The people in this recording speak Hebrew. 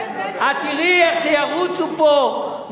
את תראי איך שירוצו פה,